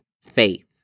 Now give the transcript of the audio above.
faith